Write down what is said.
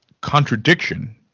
contradiction